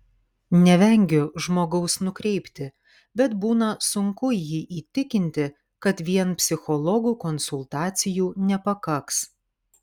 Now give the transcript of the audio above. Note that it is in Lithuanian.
nevengiu žmogaus nukreipti bet būna sunku jį įtikinti kad vien psichologų konsultacijų nepakaks